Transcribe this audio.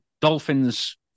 Dolphins